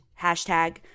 hashtag